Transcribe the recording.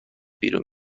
بیرون